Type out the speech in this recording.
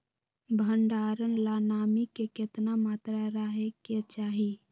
भंडारण ला नामी के केतना मात्रा राहेके चाही?